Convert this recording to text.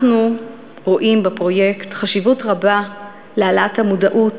אנחנו רואים בפרויקט חשיבות רבה להעלאת המודעות